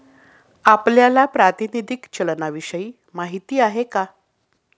आपल्याला प्रातिनिधिक चलनाविषयी माहिती आहे का?